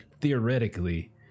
theoretically